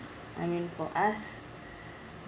I mean for us